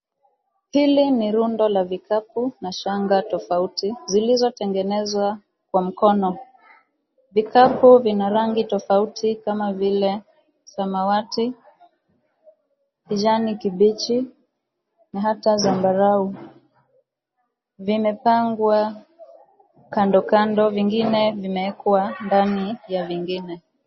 Hili ni rundo la vikapu na shanga tofauti zilizotengenezwa kwa mkono. Vikapu vina rangi tofauti kama vile samawati, kijani kibichi na hata zambarau. Vimepangwa kando kando vingine vimewekwa ndani ya vingine.